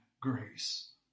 grace